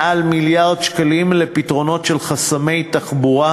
מעל מיליארד שקלים בפתרונות של חסמי תחבורה,